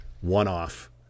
one-off